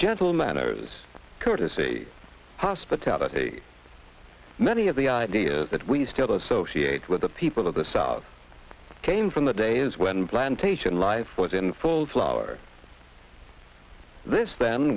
gentle manners courtesy hospitality many of the ideas that we still are so she ate with the people of this of came from the days when plantation life was in full flower this then